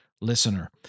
listener